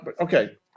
Okay